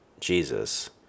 Jesus